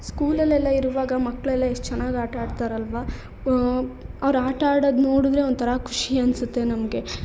ಸ್ಕೂಲಲ್ಲೆಲ್ಲ ಇರುವಾಗ ಮಕ್ಕಳೆಲ್ಲ ಎಷ್ಟು ಚೆನ್ನಾಗಿ ಆಟ ಆಡ್ತಾರಲ್ಲವಾ ಅವ್ರು ಆಟ ಆಡೋದ್ ನೋಡಿದ್ರೆ ಒಂಥರ ಖುಷಿ ಅನ್ಸುತ್ತೆ ನಮಗೆ